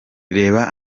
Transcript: reba